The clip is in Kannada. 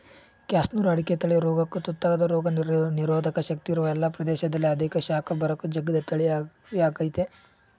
ಕ್ಯಾಸನೂರು ಅಡಿಕೆ ತಳಿ ರೋಗಕ್ಕು ತುತ್ತಾಗದ ರೋಗನಿರೋಧಕ ಶಕ್ತಿ ಇರುವ ಎಲ್ಲ ಪ್ರದೇಶದಲ್ಲಿ ಅಧಿಕ ಶಾಖ ಬರಕ್ಕೂ ಜಗ್ಗದ ತಳಿಯಾಗಯ್ತೆ